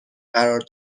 قرار